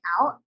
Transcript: out